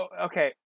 Okay